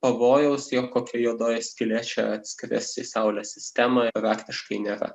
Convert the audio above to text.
pavojaus jog kokia juodoji skylė šią atskris į saulės sistemą praktiškai nėra